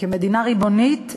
כמדינה ריבונית,